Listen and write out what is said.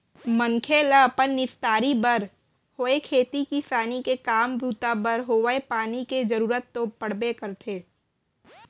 मनखे ल अपन निस्तारी बर होय खेती किसानी के काम बूता बर होवय पानी के जरुरत तो पड़बे करथे